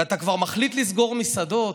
ואתה כבר מחליט לסגור מסעדות,